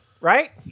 right